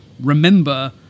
remember